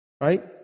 Right